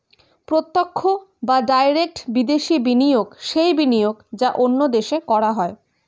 প্রত্যক্ষ বা ডাইরেক্ট বিদেশি বিনিয়োগ সেই বিনিয়োগ যা অন্য দেশে করা হয়